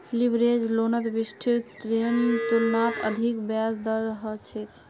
leverage लोनत विशिष्ट ऋनेर तुलनात अधिक ब्याज दर ह छेक